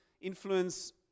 influence